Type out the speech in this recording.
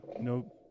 no